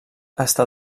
està